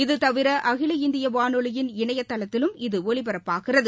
இது தவிர அகில இந்திய வானொலியின் இணையதளத்திலும் இது ஒலிபரப்பாகிறது